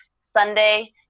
sunday